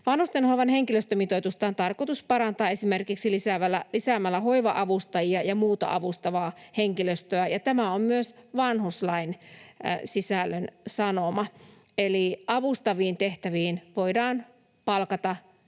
Vanhustenhoivan henkilöstömitoitusta on tarkoitus parantaa esimerkiksi lisäämällä hoiva-avustajia ja muuta avustavaa henkilöstöä, ja tämä on myös vanhuslain sisällön sanoma. Eli avustaviin tehtäviin voidaan palkata